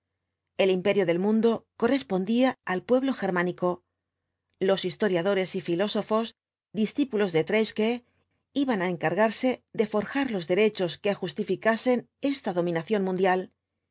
el imperio del mundo correspondía al pueblo germánico los historiadores y filósofos discípulos de treitschke iban á encargarse de forjar los derechos que justificasen esta dominación mundial